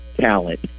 talent